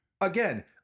again